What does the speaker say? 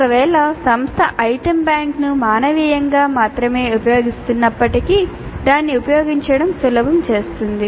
ఒకవేళ సంస్థ ఐటెమ్ బ్యాంక్ను మానవీయంగా మాత్రమే ఉపయోగిస్తున్నప్పటికీ దాన్ని ఉపయోగించడం సులభం చేస్తుంది